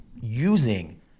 using